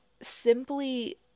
simply